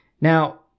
Now